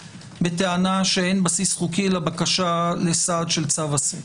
בטענה שאין בסיס חוקי לבקשה לסעד של צו עשה.